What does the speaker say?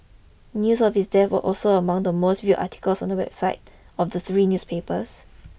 news of his death was also among the most viewed articles on the websites of the three newspapers